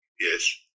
Yes